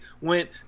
went